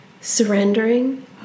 surrendering